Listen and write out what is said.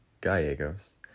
Gallegos